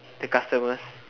the customers